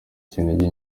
kinigi